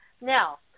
Now